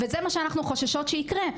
וזה מה שאנחנו חוששות שיקרה,